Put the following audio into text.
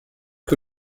que